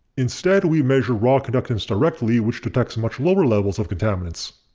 instead we measure raw conductance directly which detects much lower levels of contaminants.